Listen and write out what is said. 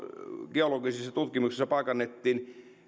geologisissa tutkimuksissa paikannettiin